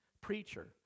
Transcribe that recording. preacher